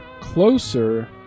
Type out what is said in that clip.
closer